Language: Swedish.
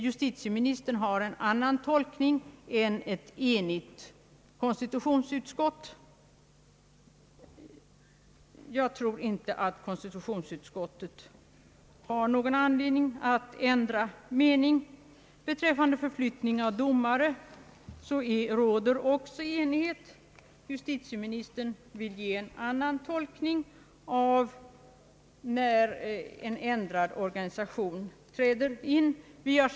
Justitieministern har en annan tolkning än ett enigt konstitutionsutskott, men jag tror inte att konstitutionsutskottet har någon orsak att ändra mening. Också när det gäller förflyttning av domare råder enighet i konstitutionsutskottet. Justitieministern vill ge en annan tolkning i frågan när en ändrad organisation träder in.